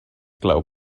clau